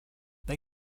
they